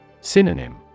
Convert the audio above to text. Synonym